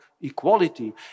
equality